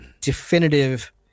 definitive